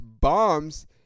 bombs